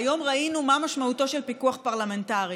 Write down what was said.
היום ראינו מה משמעותו של פיקוח פרלמנטרי.